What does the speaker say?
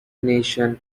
nation